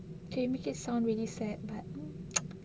okay you make it sound really sad but